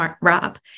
Rob